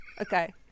Okay